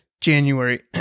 January